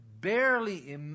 barely